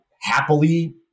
happily